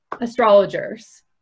astrologers